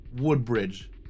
Woodbridge